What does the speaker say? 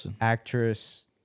actress